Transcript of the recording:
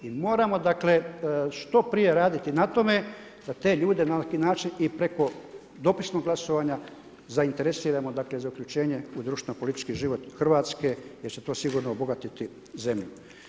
Mi moramo dakle, što prije raditi na tome da te ljude, na neki način i preko dopisnog glasovanja, zainteresiramo, dakle, zaključenje u društveni politički život Hrvatske, jer će se tu sigurno obogatiti zemlje.